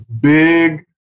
big